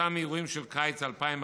אותם אירועים של קיץ 2014,